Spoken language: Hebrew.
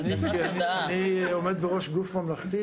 אני עומד בראש גוף ממלכתי.